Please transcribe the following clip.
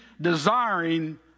desiring